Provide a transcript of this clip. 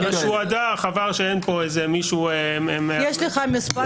השוהדא, חבל שאין פה איזה מישהו --- יש לך מספר